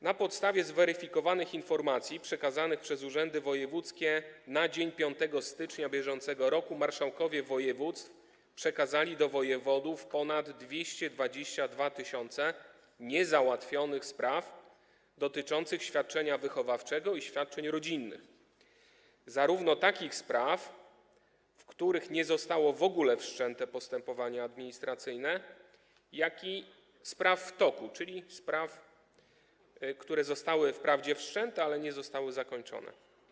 Na podstawie zweryfikowanych informacji przekazanych przez urzędy wojewódzkie na dzień 5 stycznia br. marszałkowie województw przekazali wojewodom ponad 222 tys. niezałatwionych spraw dotyczących świadczenia wychowawczego i świadczeń rodzinnych, zarówno takich spraw, w których nie zostało w ogóle wszczęte postępowanie administracyjne, jak i spraw w toku, czyli spraw, które zostały wprawdzie wszczęte, ale nie zostały zakończone.